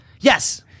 Yes